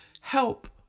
help